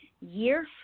year